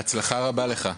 בהצלחה רבה לך.